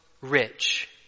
rich